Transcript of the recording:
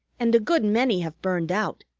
and a good many have burned out.